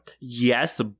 yes